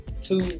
two